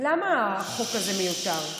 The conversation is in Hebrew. למה החוק הזה מיותר?